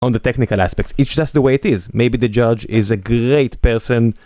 על האספקטות הטכנית, זה רק ככה שזה, אולי המבחן הוא אנשים טובים